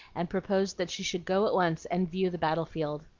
and proposed that she should go at once and view the battle-field.